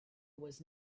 was